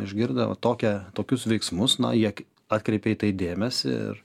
išgirdę va tokią tokius veiksmus na jie atkreipia į tai dėmesį ir